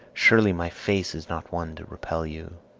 surely my face is not one to repel you.